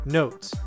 notes